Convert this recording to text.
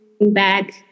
back